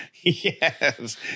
Yes